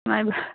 ꯅꯨꯡꯉꯥꯏꯕ